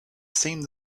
seemed